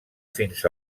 fins